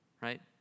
Right